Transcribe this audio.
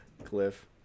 cliff